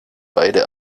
beide